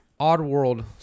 Oddworld